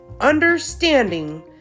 understanding